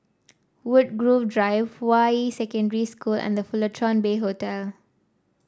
Woodgrove Drive Hua Yi Secondary School and The Fullerton Bay Hotel